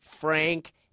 Frank